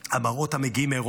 המראות המגיעים מאירופה,